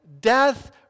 death